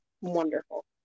wonderful